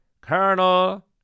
Colonel